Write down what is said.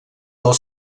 del